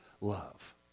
love